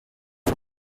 for